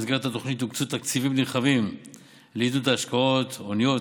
במסגרת התוכנית הוקצו תקציבים נרחבים לעידוד השקעות הוניות,